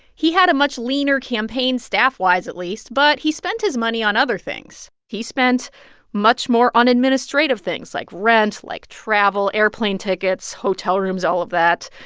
he had a much leaner campaign, staff-wise at least, but he spent his money on other things. he spent much more on administrative things, like rent, like travel airplane tickets, hotel rooms all of that.